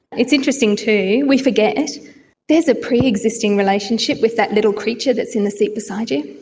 it's interesting too, we forget there's a pre-existing relationship with that little creature that's in the seat beside you.